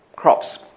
crops